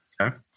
Okay